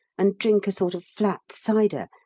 and drink a sort of flat cider,